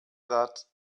that